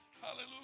hallelujah